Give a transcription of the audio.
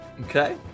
Okay